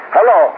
Hello